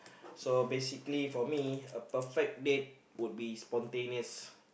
so basically for me a perfect date would be spontaneous